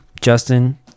justin